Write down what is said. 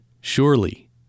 surely